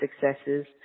successes